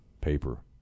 paper